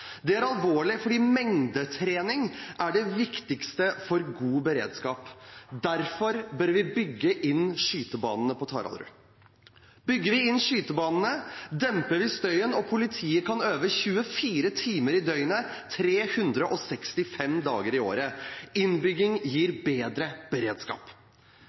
Det er alvorlig, for mengdetrening er det viktigste for god beredskap. Derfor bør vi bygge inn skytebanene på Taraldrud. Bygger vi inn skytebanene, demper vi støyen, og politiet kan øve 24 timer i døgnet 365 dager i året. Innbygging gir bedre beredskap.